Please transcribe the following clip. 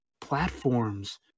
platforms